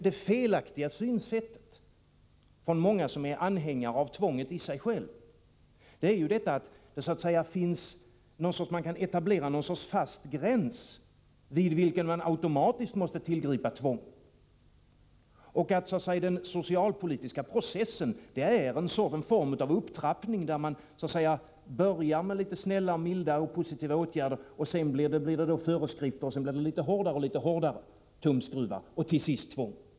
Det felaktiga synsättet från många som är anhängare av tvånget i sig självt är att de tror att det kan etableras en fast gräns vid vilken man automatiskt måste tillgripa tvång och att den socialpolitiska processen så att säga är en form av upptrappning. Man börjar med litet snälla, milda och positiva åtgärder. Sedan blir föreskrifterna hårdare och hårdare tumskruvar, och till sist tvång.